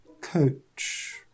coach